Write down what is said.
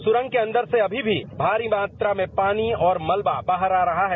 सुरंग से अंदर से अभी भी भारी मात्रा में पानी और मलबा बाहर आ रहा है